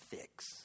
fix